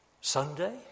Sunday